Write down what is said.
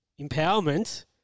empowerment